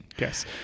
Yes